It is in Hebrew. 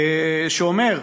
והוא אומר: